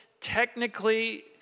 technically